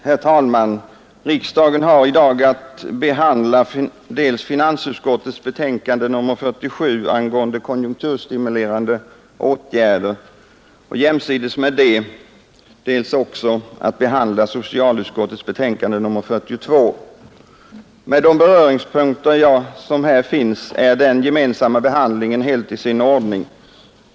Herr talman! Riksdagen har i dag att behandla finansutskottets betänkande nr 47 angående konjunkturstimulerande åtgärder. Jämsides härmed behandlas också socialutskottets betänkande nr 42 om höjda bostadstillägg för barnfamiljer, m.m. Med de beröringspunkter som finns mellan dessa båda ärenden är den gemensamma behandlingen helt i sin ordning.